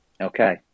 okay